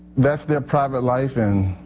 that's their private life and